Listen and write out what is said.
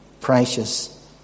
precious